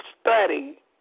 study